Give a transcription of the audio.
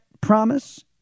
promise